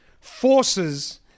forces